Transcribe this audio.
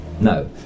No